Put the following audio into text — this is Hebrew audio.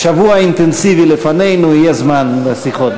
שבוע אינטנסיבי לפנינו, יהיה זמן לשיחות.